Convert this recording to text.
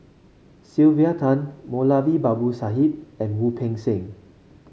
Sylvia Tan Moulavi Babu Sahib and Wu Peng Seng